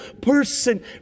person